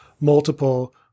multiple